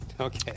Okay